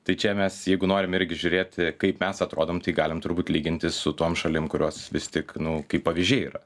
tai čia mes jeigu norim irgi žiūrėt kaip mes atrodom tai galim turbūt lygintis su tom šalim kurios vis tik nu kaip pavyzdžiai yra